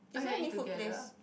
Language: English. or you want eat together